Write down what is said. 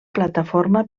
plataforma